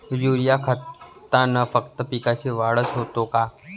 Urea खतानं फक्त पिकाची वाढच होते का?